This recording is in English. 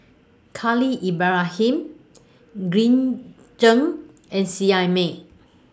Khalil Ibrahim Green Zeng and Seet Ai Mee